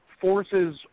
forces